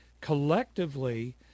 collectively